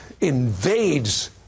invades